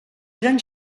eren